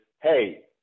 hey